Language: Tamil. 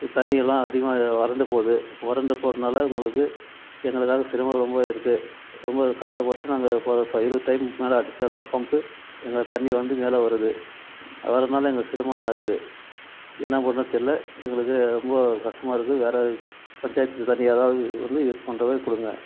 தண்ணி எல்லாம் அதிகமாக வறண்டு போகுது வறண்டு போறதுனால உங்களுக்கு எங்களுக்காக சிரமம் ரொம்ப இருக்குது ரொம்ப கஷ்டப்பட்டு நாங்கள் இருபது டைமுக்கு மேல் அடித்தா தான் பம்ப்பு எங்களுக்கு தண்ணி வந்து மேலே வருது அது வர்றதுனால் எங்களுக்கு சிரமமாக இருக்குது என்ன பண்ண தெரியல எங்களுக்கு ரொம்ப கஷ்டமாக இருக்குது வேறு பஞ்சாயத்தில் தண்ணி ஏதாவது வந்து யூஸ் பண்ணுற மாதிரி கொடுங்க இது